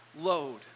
load